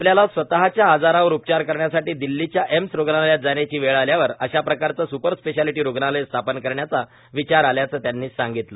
आपल्याला स्वतःच्या आजारावर उपचार करण्यासाठी दिल्लीच्या एम्स रूग्णालयात जाण्याची वेळ आल्यावर अशाप्रकारच स्पर स्पेशालिटी रूग्णालय स्थापन करण्याचा विचार आल्याच त्यांनी सांगितलं